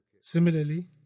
Similarly